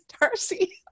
Darcy